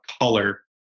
color